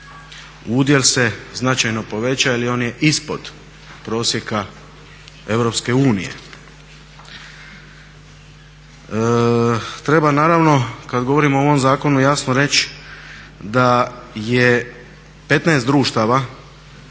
udjel se značajno povećava ili on je ispod prosjeka EU. Treba naravno kad govorimo o ovom zakonu jasno reći da je 15 društava